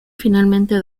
finalmente